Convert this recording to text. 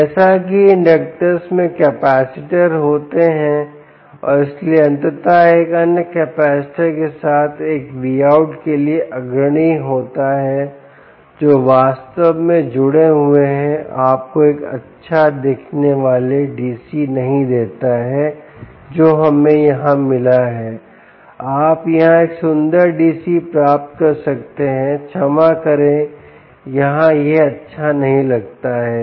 जैसा कि इंडक्टर्स में कैपेसिटर होते हैं और इसलिए अंततः एक अन्य कैपेसिटर के साथ एक Vout के लिए अग्रणी होता है जो वास्तव में जुड़े हुए हैं आपको एक अच्छा दिखने वाला डीसी नहीं देता है जो हमें यहां मिला हैआप यहां एक सुंदर डीसी प्राप्त कर सकते हैं क्षमा करें यहां यह अच्छा नहीं लगता है